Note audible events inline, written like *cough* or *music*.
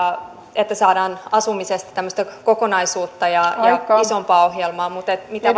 että saadaan asumisesta tämmöistä kokonaisuutta ja isompaa ohjelmaa mitä *unintelligible*